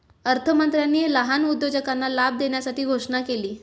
अर्थमंत्र्यांनी लहान उद्योजकांना लाभ देण्यासाठी घोषणा केली